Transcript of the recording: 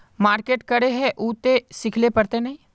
Market करे है उ ते सिखले पड़ते नय?